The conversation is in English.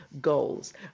goals